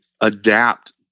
adapt